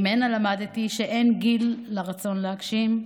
ממנה למדתי שאין גיל לרצון להגשים,